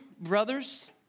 brothers